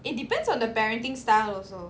it depends on the parenting style also